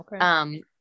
Okay